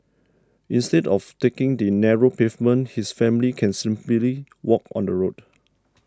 instead of taking the narrow pavement his family can simply walk on the road